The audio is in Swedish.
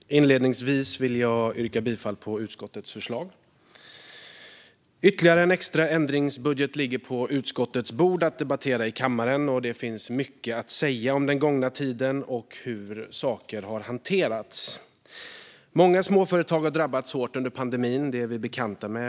Herr talman! Inledningsvis vill jag yrka bifall till utskottets förslag. Ytterligare en extra ändringsbudget ligger på utskottets bord att debattera i kammaren, och det finns mycket att säga om den gångna tiden och hur saker har hanterats. Många småföretag har drabbats hårt under pandemin. Det är vi bekanta med.